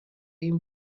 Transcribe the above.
این